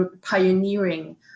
pioneering